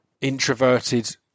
introverted